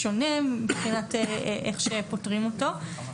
שונה מבחינת איך שפותרים אותו.